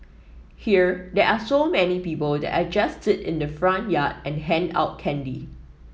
here there are so many people that I just sit in the front yard and hand out candy